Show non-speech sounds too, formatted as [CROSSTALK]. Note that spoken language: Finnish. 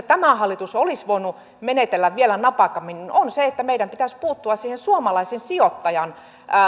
[UNINTELLIGIBLE] tämä hallitus olisi voinut menetellä vielä napakammin niin meidän pitäisi puuttua siihen suomalaisen sijoittajan